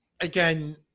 again